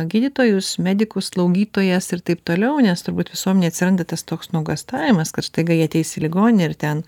gydytojus medikus slaugytojas ir taip toliau nes turbūt visuomenėj atsiranda tas toks nuogąstavimas kad staiga jie ateis į ligoninę ir ten